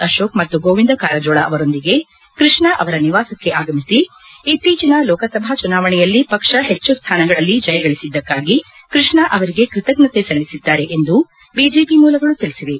ಅಶೋಕ್ ಮತ್ತು ಗೋವಿಂದ ಕಾರಜೋಳ ಅವರೊಂದಿಗೆ ಕೃಷ್ಣ ಅವರ ನಿವಾಸಕ್ಕೆ ಆಗಮಿಸಿ ಇತ್ತೀಚಿನ ಲೋಕಸಭಾ ಚುನಾವಣೆಯಲ್ಲಿ ಪಕ್ಷ ಹೆಚ್ಚು ಸ್ಥಾನಗಳಲ್ಲಿ ಜಯಗಳಿಸಿದ್ದಕ್ಕಾಗಿ ಕೃಷ್ಣ ಅವರಿಗೆ ಕೃತಜ್ಞತೆ ಸಲ್ಲಿಸಿದ್ದಾರೆ ಎಂದು ಬಿಜೆಪಿ ಮೂಲಗಳು ತಿಳಿಸಿವೆ